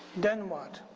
then what?